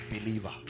believer